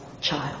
child